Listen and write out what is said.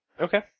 Okay